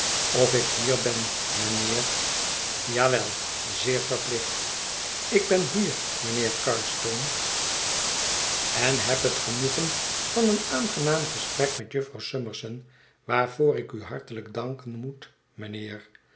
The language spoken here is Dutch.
of ik hier ben mijnheer ja wel zeer verplicht ik ben hier mijnheer carstone en heb het genoegen van een aangenaam gesprek met jufvrouw summerson waarvoor ik u hartelijk danken moet mijnheer